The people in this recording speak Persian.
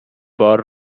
بار